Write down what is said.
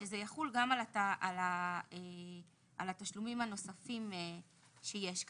שזה יחול גם על התשלומים הנוספים שיש כאן,